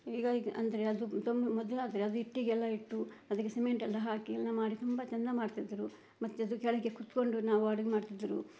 ಈಗ ಈಗ ಅಂದರೆ ಅದು ತುಂಬ ಮೊದಲಾದ್ರೆ ಅದು ಇಟ್ಟಿಗೆಯೆಲ್ಲ ಇಟ್ಟು ಅದಕ್ಕೆ ಸಿಮೆಂಟ್ ಎಲ್ಲ ಹಾಕಿ ಎಲ್ಲ ಮಾಡಿ ತುಂಬ ಚೆಂದ ಮಾಡ್ತಿದ್ರು ಮತ್ತೆ ಅದು ಕೆಳಗೆ ಕೂತ್ಕೊಂಡು ನಾವು ಅಡುಗೆ ಮಾಡ್ತಿದ್ರು